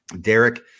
Derek